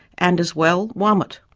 and as well, wamut.